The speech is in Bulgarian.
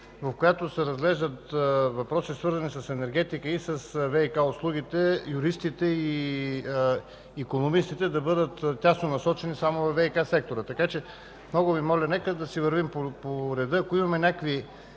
въпроси, свързани с енергетика и с ВиК услугите и икономистите да бъдат тясно насочени само във ВиК-сектора. Така че, много Ви моля, нека да си вървим по реда, ако имаме някакви